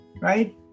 right